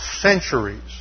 centuries